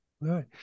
Right